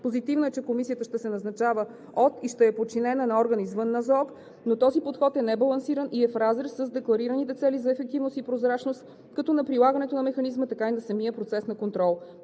Позитивно е, че комисията ще се назначава от и ще е подчинена на орган извън Националната здравноосигурителна каса, но този подход е небалансиран и е в разрез с декларираните цели за ефективност и прозрачност както на прилагането на механизма, така и на самия процес по контрола.